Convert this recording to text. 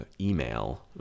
email